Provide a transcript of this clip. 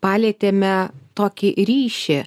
palėtėme tokį ryšį